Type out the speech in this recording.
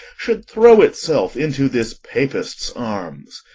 should throw itself into this papist's arms?